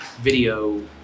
video